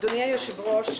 אדוני היושב-ראש,